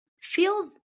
feels